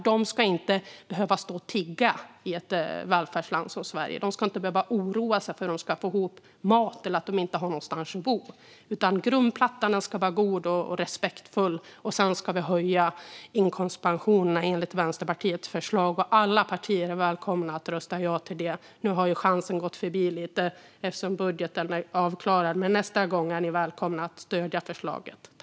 De ska inte behöva oroa sig för hur de ska få ihop till mat eller för att inte ha någonstans att bo. Grundplattan ska vara god och respektfull, och sedan ska vi enligt Vänsterpartiets förslag höja inkomstpensionerna. Alla partier är välkomna att rösta ja till det. Nu har ju chansen gått förbi, eftersom budgeten är avklarad. Men nästa gång är ni välkomna att stödja förslaget.